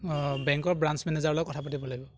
বেংকৰ ব্ৰাঞ্চ মেনেজাৰৰ লগত কথা পাতিব লাগিব